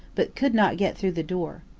but could not get through the door.